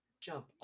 jump